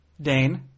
Dane